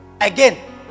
again